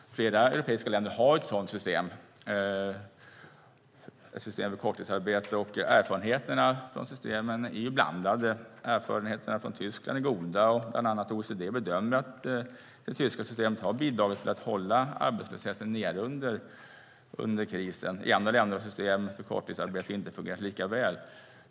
Flera europeiska länder har ett system för korttidsarbete. Erfarenheterna från de systemen är blandade. Erfarenheterna från Tyskland är goda, och bland annat OECD bedömer att det tyska systemet har bidragit till att hålla arbetslösheten nere under krisen. I andra länder har system för korttidsarbete inte fungerat lika väl.